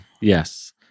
Yes